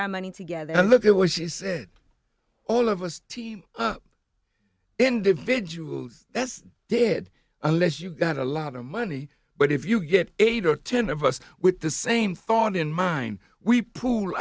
our money together and look at what she said all of us individuals did unless you got a lot of money but if you get eight or ten of us with the same thought in mind we pool